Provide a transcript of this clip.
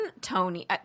Tony